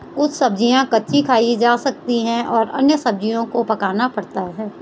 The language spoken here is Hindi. कुछ सब्ज़ियाँ कच्ची खाई जा सकती हैं और अन्य सब्ज़ियों को पकाना पड़ता है